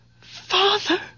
Father